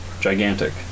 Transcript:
Gigantic